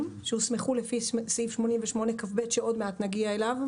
שהוסמכו לפי סעיף 88כב שעוד מעט נגיע אליו,